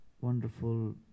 wonderful